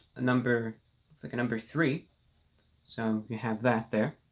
number like a number three so you have that there